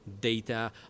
data